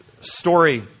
story